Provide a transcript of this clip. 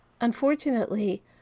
Unfortunately